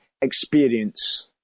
experience